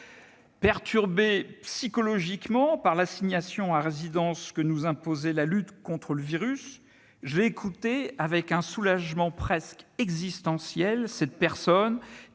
Perturbé psychologiquement par l'assignation à résidence que nous imposait la lutte contre le virus, j'ai écouté avec un soulagement presque existentiel cette personne